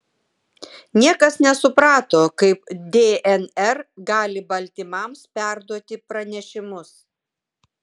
niekas nesuprato kaip dnr gali baltymams perduoti pranešimus